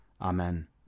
Amen